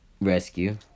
Rescue